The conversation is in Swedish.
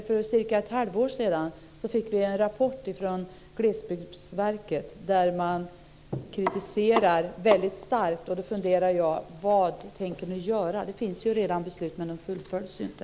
För cirka ett halvår sedan fick vi en rapport från Glesbygdsverket där man kommer med väldigt stark kritik. Jag funderar: Vad tänker ni göra? Det finns redan ett beslut, men det fullföljs inte.